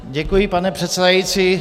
Děkuji, pane předsedající.